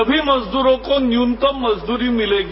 सभी मजदूरों को न्यूनतम मजदूरी मिलेगी